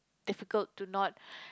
difficult to not